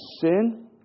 sin